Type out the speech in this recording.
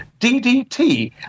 DDT